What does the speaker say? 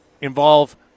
involve